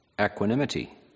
equanimity